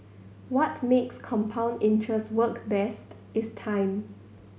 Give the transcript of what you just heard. what makes compound interest work best is time